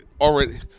already